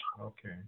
Okay